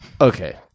Okay